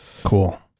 cool